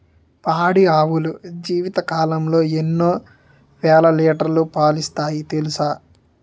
పాడి ఆవులు జీవితకాలంలో ఎన్నో వేల లీటర్లు పాలిస్తాయి తెలుసా